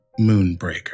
Moonbreaker